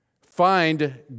find